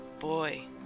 Boy